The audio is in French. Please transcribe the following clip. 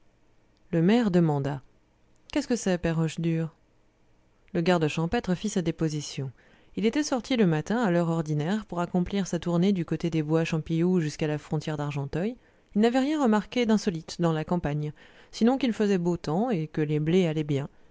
le maire demanda qu'est-ce que c'est père hochedur le garde champêtre fit sa déposition il était sorti le matin à l'heure ordinaire pour accomplir sa tournée du côté des bois champioux jusqu'à la frontière d'argenteuil il n'avait rien remarqué d'insolite dans la campagne sinon qu'il faisait beau temps et que les blés allaient bien